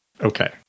Okay